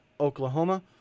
oklahoma